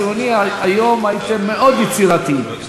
המחנה הציוני, היום הייתם מאוד יצירתיים.